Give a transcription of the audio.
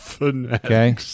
okay